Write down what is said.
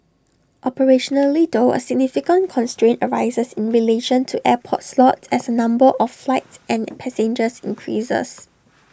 operationally though A significant constraint arises in relation to airport slots as the number of flights and passengers increases